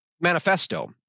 Manifesto